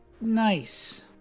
Nice